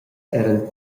eran